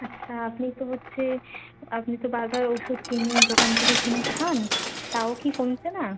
আচ্ছা আপনি তো হচ্ছে আপনি তো বারবার ওষুধ কিনে দোকান থেকে কিনে খান তাও কি কমছে না